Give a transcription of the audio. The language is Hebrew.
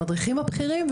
המדריכים הבכירים,